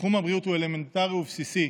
תחום הבריאות הוא אלמנטרי ובסיסי.